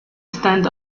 stand